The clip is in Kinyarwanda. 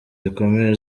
zikomeye